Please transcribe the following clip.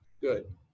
Good